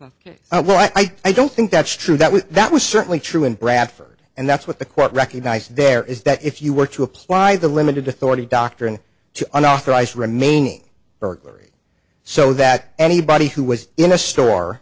i well i don't think that's true that was that was certainly true in bradford and that's what the court recognized there is that if you were to apply the limited authority doctrine to unauthorized remaining burglary so that anybody who was in a store